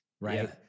right